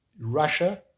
Russia